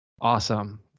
Awesome